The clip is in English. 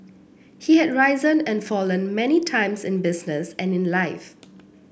he had risen and fallen many times in business and in life